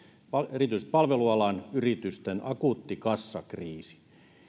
erityisesti palvelualan yritysten akuutti kassakriisi